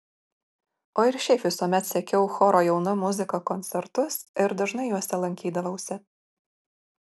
o ir šiaip visuomet sekiau choro jauna muzika koncertus ir dažnai juose lankydavausi